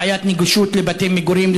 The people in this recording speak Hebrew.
בעיית נגישות לבתי-מגורים,